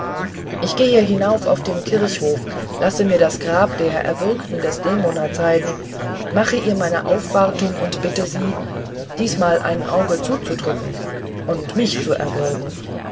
ich gehe hinaus auf den kirchhof lasse mir das grab der erwürgten desdemona zeigen mache ihr meine aufwartung und bitte sie diesmal ein auge zuzudrücken und mich zu erwürgen